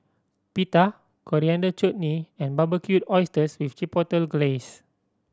Pita Coriander Chutney and Barbecued Oysters with Chipotle Glaze